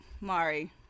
mari